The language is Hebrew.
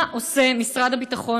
מה עושה משרד הביטחון,